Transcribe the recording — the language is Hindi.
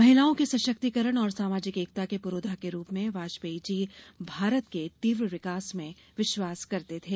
महिलाओं के सशक्तिकण और सामाजिक एकता के पुरोधा के रूप में वाजपेयी जी भारत के तीव्र विकास में विश्वास करते थे